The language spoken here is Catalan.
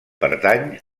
pertany